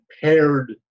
paired